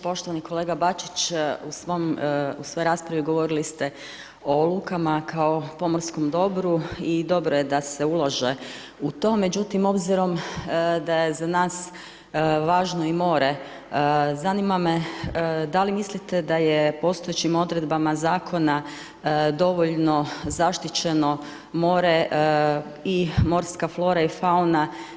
Poštovani kolega Bačić, u svojoj raspravi, govorili ste o lukama, kao o pomorskom dobru i dobro je da se ulaže u to, međutim, obzirom da je za nas važno i more, zanima me, da li mislite da je postojećim odredbama zakona, dovoljno zaštićeno more i morska flora i fauna.